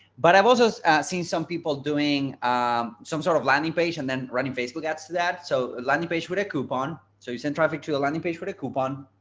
but i've also seen some people doing some sort of landing page and then running facebook ads to that. so landing page with a coupon, so you send traffic to the landing page with a coupon,